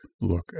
look